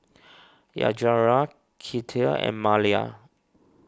Yajaira Kinte and Malia